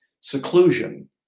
seclusion